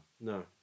no